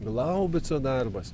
glaubico darbas